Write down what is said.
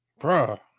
Bruh